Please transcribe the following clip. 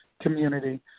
community